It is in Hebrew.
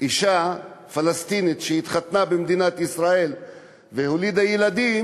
אישה פלסטינית שהתחתנה במדינת ישראל וילדה ילדים,